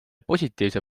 positiivse